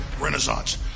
renaissance